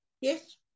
Yes